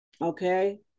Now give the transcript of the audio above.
Okay